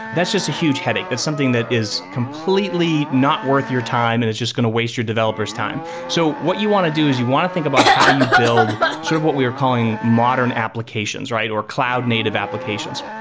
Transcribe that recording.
that's just a huge headache. that's something that is completely not worth your time and it's just going to waste your developers' time. so what you want to do is you want to think about how you build sort of what we are calling modern applications or cloud native applications.